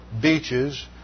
beaches